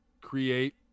create